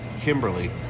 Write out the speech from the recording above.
Kimberly